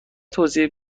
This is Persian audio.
توضیح